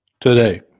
today